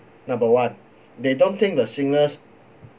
number one they don't think the singers